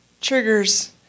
Triggers